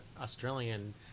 Australian